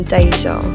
Deja